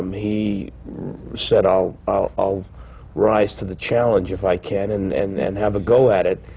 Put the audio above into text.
um he said, i'll i'll rise to the challenge, if i can, and and and have a go at it.